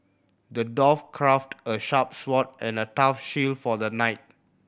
the dwarf crafted a sharp sword and a tough shield for the knight